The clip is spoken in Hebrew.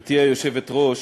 גברתי היושבת-ראש,